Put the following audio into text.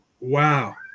wow